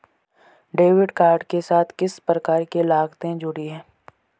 Debit card के साथ किस प्रकार की लागतें जुड़ी हुई हैं?